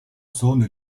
zone